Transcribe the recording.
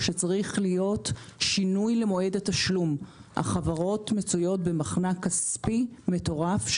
צריך להיות שינוי למועד התשלום; החברות מצויות במחנק כספי מטורף,